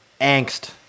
angst